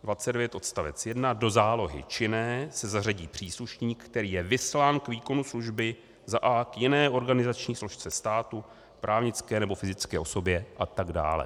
Paragraf 29 odst. 1 do zálohy činné se zařadí příslušník, který je vyslán k výkonu služby a) k jiné organizační složce státu, právnické nebo fyzické osobě atd.